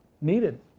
needed